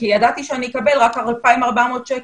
כי ידעתי שאני אקבל רק 2,400 שקל,